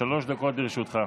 שלוש דקות לרשותך.